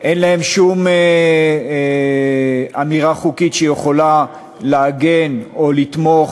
שום אמירה חוקית שיכולה להגן או לתמוך